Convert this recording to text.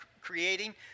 creating